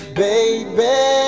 baby